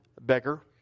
beggar